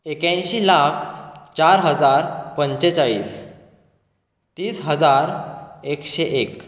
एक्यांयशीं लाख चार हजार पंचेचाळीस तीस हजार एकशें एक